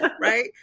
right